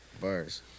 Bars